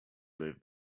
live